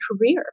career